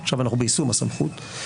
עכשיו אנחנו ביישום הסמכות.